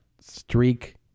streak